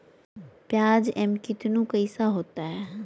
प्याज एम कितनु कैसा होता है?